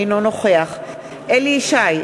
אינו נוכח אליהו ישי,